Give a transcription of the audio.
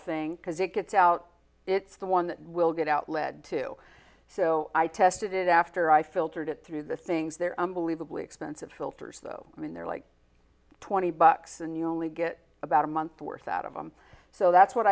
thing because it gets out it's the one we'll get out lead to so i tested it after i filtered it through the things they're unbelievably expensive filters though i mean they're like twenty bucks and you only get about a month worth out of them so that's what